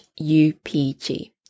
UPG